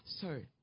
Sorry